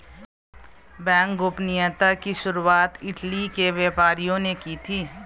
bank गोपनीयता की शुरुआत इटली के व्यापारियों ने की थी